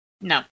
No